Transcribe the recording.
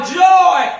joy